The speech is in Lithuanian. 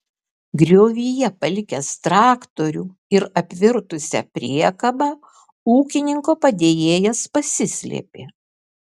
griovyje palikęs traktorių ir apvirtusią priekabą ūkininko padėjėjas pasislėpė